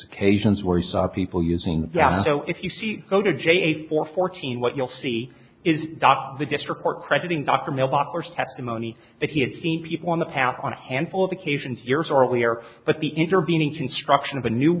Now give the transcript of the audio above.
occasions where he saw people using so if you see go to jail for fourteen what you'll see is the district court crediting dr mailbox first testimony that he had seen people in the town on a handful of occasions years earlier but the intervening construction of a new